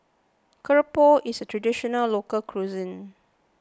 Keropok is a Traditional Local Cuisine